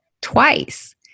twice